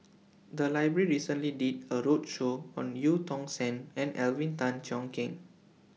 The Library recently did A roadshow on EU Tong Sen and Alvin Tan Cheong Kheng